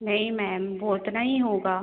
नहीं मैम वह उतना ही होगा